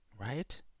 Right